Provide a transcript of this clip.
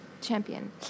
Champion